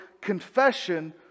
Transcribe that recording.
confession